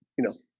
you know,